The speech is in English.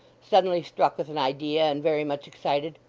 suddenly struck with an idea and very much excited.